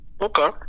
Okay